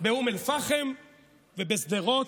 באום אל-פחם ובשדרות,